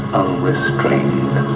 unrestrained